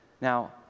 Now